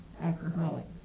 alcoholic